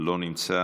מאשררים.